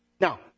Now